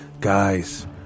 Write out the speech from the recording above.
Guys